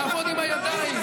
לעבוד עם הידיים,